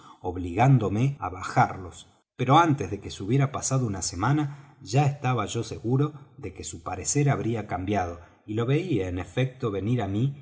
obligándome á bajarlos pero antes de que se hubiera pasado una semana ya estaba yo seguro de que su parecer habría cambiado y lo veía en efecto venir á mí